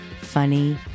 funny